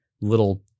little